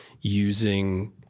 using